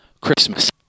Christmas